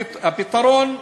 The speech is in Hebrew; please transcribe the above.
הפתרון,